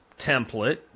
template